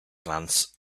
glance